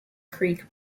creek